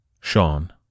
Sean